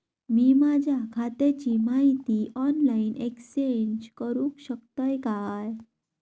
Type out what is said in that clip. मी माझ्या खात्याची माहिती ऑनलाईन अक्सेस करूक शकतय काय?